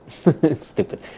stupid